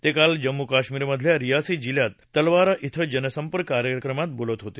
ते काल जम्मू कश्मीरमधल्या रियासी जिल्ह्यात तलवारा क्वे जनसंपर्क कार्यक्रमात बोलत होते